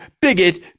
bigot